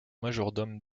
majordome